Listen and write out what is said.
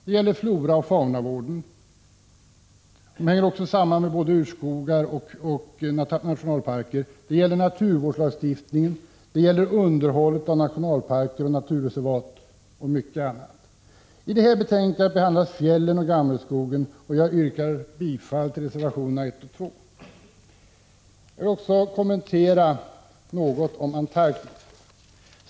Det gäller bl.a. floraoch faunavården. Det hänger också samman med frågorna om både urskogar och nationalparker, det gäller naturvårdslagstiftningen, det gäller underhållet av nationalparker och naturreservat samt mycket annat. I det här betänkandet behandlas fjällen och gammelskogen. Jag yrkar bifall till reservationerna 1 och 2. Vidare vill jag göra några kommentarer om Antarktis.